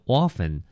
often